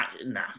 Nah